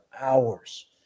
hours